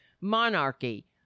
monarchy